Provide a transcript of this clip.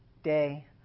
day